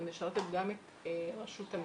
היא משרתת גם את רשות המסים,